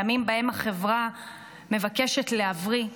ימים שבהם החברה מבקשת להבריא,